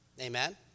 Amen